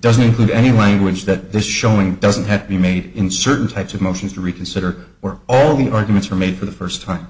doesn't include any language that this showing doesn't have to be made in certain types of motions to reconsider where all the arguments are made for the first time